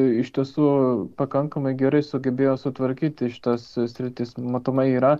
iš tiesų pakankamai gerai sugebėjo sutvarkyti šitas sritis matomai yra